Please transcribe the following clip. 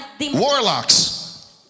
Warlocks